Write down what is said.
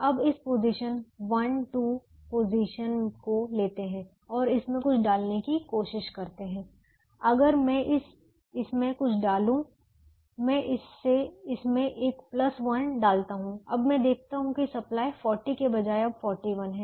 अब हम इस 1 2 पोजीशन को लेते हैं और इसमें कुछ डालने की कोशिश करते हैं अगर मैं इसमें कुछ डालूं मैं इसमें एक 1 डालता हूं अब मैं देखता हूं कि सप्लाई 40 के बजाय अब 41 है